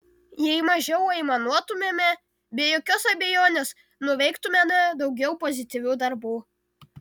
jei mažiau aimanuotumėme be jokios abejonės nuveiktumėme daugiau pozityvių darbų